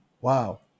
Wow